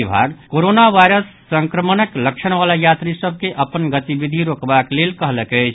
विभाग corona virus संक्रमणक लक्षण वला यात्री सभ के अपन गतिविधि रोकबाक लेल कहलक अछि